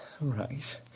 right